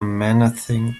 menacing